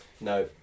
no